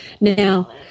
Now